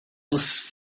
was